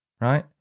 right